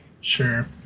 sure